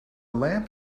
lamp